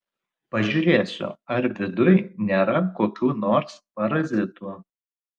pažiūrėsiu ar viduj nėra kokių nors parazitų